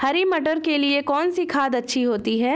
हरी मटर के लिए कौन सी खाद अच्छी होती है?